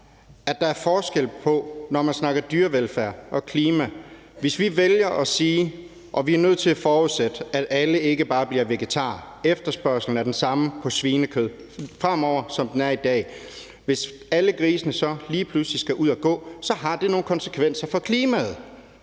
at der er forskel på det, når man snakker om dyrevelfærd og klima. Hvis vi vælger at sige, at vi forudsætter, at alle ikke bare bliver vegetarer, og at efterspørgslen på svinekød er den samme fremover, som den er i dag, så er det sådan, at hvis alle grise så lige pludselig skal ud at gå, har det nogle konsekvenser for klimaet.